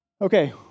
Okay